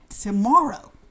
tomorrow